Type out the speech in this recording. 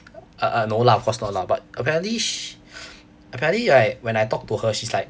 ah ah no lah of course not lah but apparently sh~ apparently like when I talk to her she's like